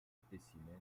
spécimens